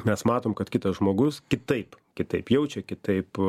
mes matome kad kitas žmogus kitaip kitaip jaučia kitaip